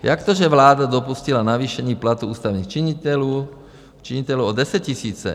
Jak to, že vláda dopustila navýšení platů ústavních činitelů o desetitisíce?